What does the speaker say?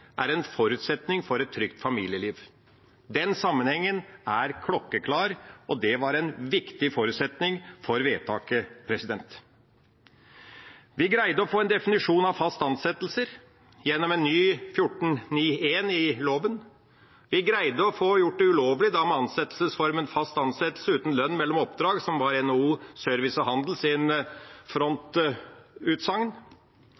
er en forutsetning for et trygt familieliv. Den sammenhengen er klokkeklar, og det var en viktig forutsetning for vedtaket. Vi greide å få en definisjon av «fast ansettelse» gjennom en ny § 14-9 i loven. Vi greide å få gjort ansettelsesformen «fast ansettelse uten lønn mellom oppdrag» ulovlig, som var frontutsagnet til NHO Service og Handel,